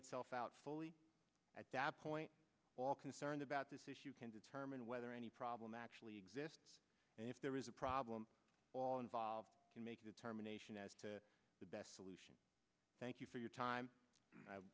itself out fully at that point all concerned about this issue can determine whether any problem actually exists and if there is a problem all involved you make the determination as to the best solution thank you for your time